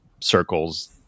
circles